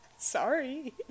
sorry